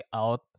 out